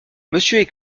monsieur